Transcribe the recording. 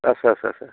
आदसा आदसा आदसा